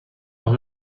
dans